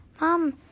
Mom